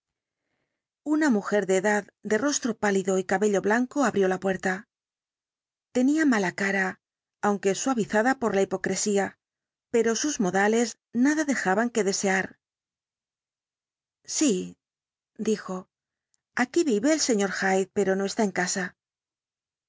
una mujer de edad de rostro pálido y cabello blanco abrió la puerta tenía mala cara aunque suavizada por la hipocresía pero sus modales nada dejaban que desear sí dijo aquí vive el sr hyde pero no está en casa